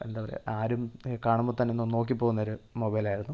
എന്താ പറയാ ആരും കാണുമ്പം തന്നെ ഒന്ന് നോക്കിപ്പോവുന്നൊരു മൊബൈൽ ആയിരുന്നു